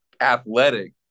athletic